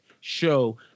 show